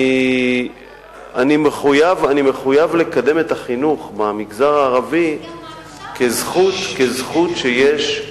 אני מחויב לקדם את החינוך במגזר הערבי כזכות שיש,